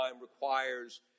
requires